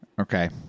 Okay